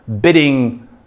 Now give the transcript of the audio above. bidding